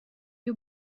you